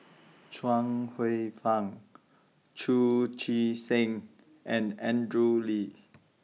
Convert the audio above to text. Chuang Hsueh Fang Chu Chee Seng and Andrew Lee